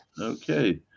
Okay